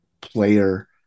player